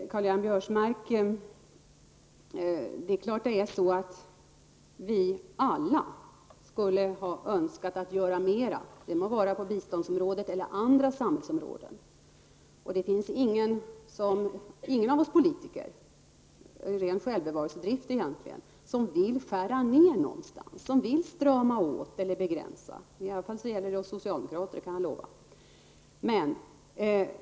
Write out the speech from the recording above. Karl-Göran Biörsmark! Det är klart att det är så att vi alla skulle ha önskat göra mer -- det må gälla biståndsområdet eller andra samhällsområden. Det finns ingen av oss politiker som vill skära ned någonstans -- av ren självbevarelsedrift, egentligen. Ingen vill strama åt eller begränsa. I varje fall gäller det oss socialdemokrater -- det kan jag lova.